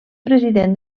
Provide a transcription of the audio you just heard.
president